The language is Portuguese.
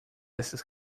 essas